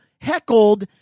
heckled